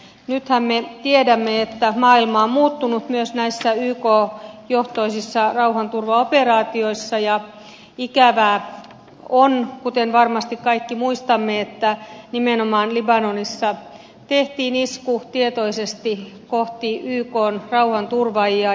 nythän me tiedämme että maailma on muuttunut myös näissä yk johtoisissa rauhanturvaoperaatioissa ja ikävää on kuten varmasti kaikki muistamme että nimenomaan libanonissa tehtiin isku tietoisesti kohti ykn rauhanturvaajia